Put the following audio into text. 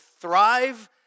thrive